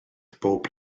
bob